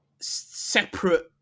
separate